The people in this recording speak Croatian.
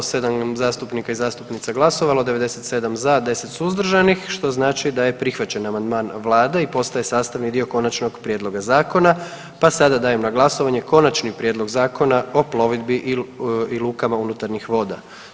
Utvrđujem da je 107 zastupnika i zastupnica glasovalo, 97 za, 10 suzdržanih, što znači da je prihvaćen amandman vlade i postaje sastavni dio konačnog prijedloga zakona, pa sada dajem na glasovanje Konačni prijedlog Zakona o plovidbi i lukama unutarnjih voda.